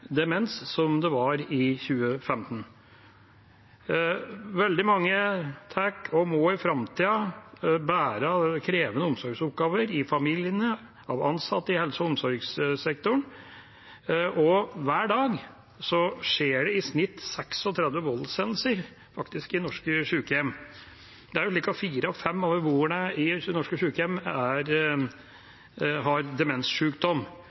demens som det var i 2015. Veldig mange må i framtiden bære krevende omsorgsoppgaver – i familiene, av ansatte i helse- og omsorgssektoren – og hver dag er det faktisk i snitt 36 voldshendelser i norske sykehjem. Fire av fem beboere i norske sykehjem har demenssykdom, og det